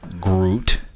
Groot